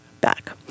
back